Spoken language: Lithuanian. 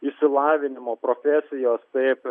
išsilavinimo profesijos taip